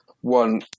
one